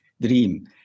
dream